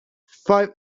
five